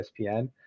ESPN